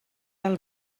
del